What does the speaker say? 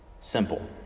simple